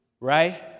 right